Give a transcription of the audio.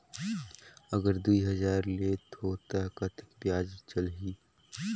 अगर दुई हजार लेत हो ता कतेक ब्याज चलही?